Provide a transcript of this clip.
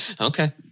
Okay